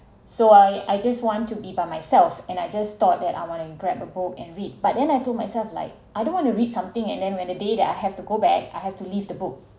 so I I just want to be by myself and I just thought that I want to grab a book and read but then I told myself like I don't wanna read something and then when the day that I have to go back I have to list the book